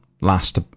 last